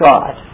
God